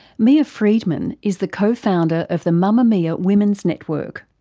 mia freedman is the co-founder of the mamamia women's network,